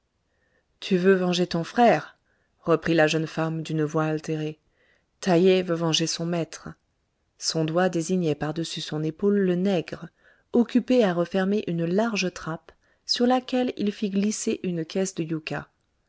tu veux venger ton frère reprit la jeune femme d'une voix altérée taïeh veut venger son maître son doigt désignait par-dessus son épaule le nègre occupé à refermer une large trappe sur laquelle il fit glisser une caisse de yucca